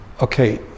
Okay